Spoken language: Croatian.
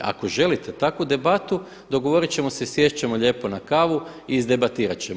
Ako želite takvu debatu dogovorit ćemo se i sjest ćemo lijepo na kavu i izdebatirat ćemo.